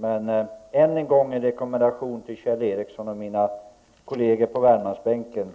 Min rekommendation till Kjell Ericsson och till mina kolleger på Värmlandsbänken är: